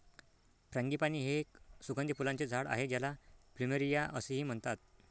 frangipani हे एक सुगंधी फुलांचे झाड आहे ज्याला प्लुमेरिया असेही म्हणतात